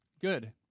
Good